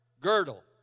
girdle